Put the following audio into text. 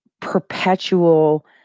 perpetual